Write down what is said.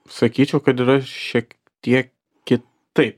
sakyčiau kad yra šiek tiek kitaip